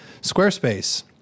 Squarespace